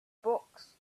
books